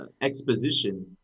exposition